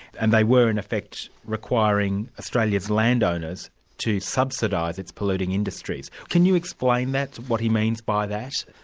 and they were in effect requiring australia's landowners to subsidise its polluting industries. can you explain that? what he means by that?